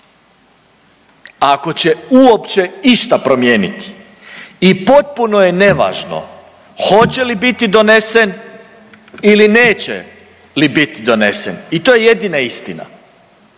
ako će uopće išta promijeniti i potpuno je nevažno hoće li biti donesen ili neće li biti donesen i to je jedina istina,